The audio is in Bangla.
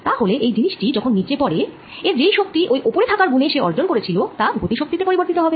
তা হলে এই জিনিষ টি যখন নীচে পড়ে এর যেই শক্তি ওই ওপরে থাকার গুনে সে অর্জন করেছিল তা গতি শক্তি তে পরিবর্তিত হবে